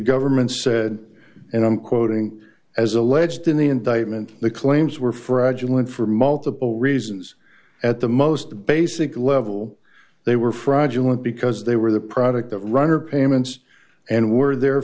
government said and i'm quoting as alleged in the indictment the claims were fraudulent for multiple reasons at the most basic level they were fraudulent because they were the product of runner payments and were